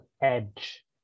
edge